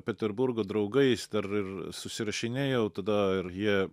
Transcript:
peterburgo draugais dar ir susirašinėjau tada ir jie